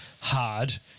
hard